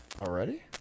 Already